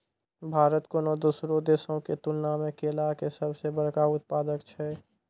भारत कोनो दोसरो देशो के तुलना मे केला के सभ से बड़का उत्पादक छै